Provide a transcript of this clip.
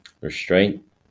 Restraint